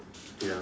ya